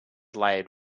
layered